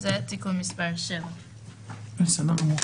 בסדר גמור.